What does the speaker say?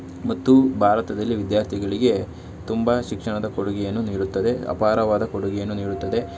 ಮತ್ತು ಭಾರತದಲ್ಲಿ ವಿದ್ಯಾರ್ಥಿಗಳಿಗೆ ತುಂಬ ಶಿಕ್ಷಣದ ಕೊಡುಗೆಯನ್ನು ನೀಡುತ್ತದೆ ಅಪಾರವಾದ ಕೊಡುಗೆಯನ್ನು ನೀಡುತ್ತದೆ